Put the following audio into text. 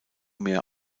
mehr